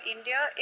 India